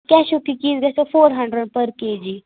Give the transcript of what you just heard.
کٮ۪شو cookies گژھیو four hundred پٔر K جی